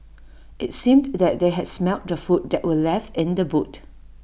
IT seemed that they had smelt the food that were left in the boot